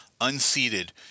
unseated